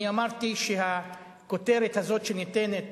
אני אמרתי שהכותרת הזאת שניתנת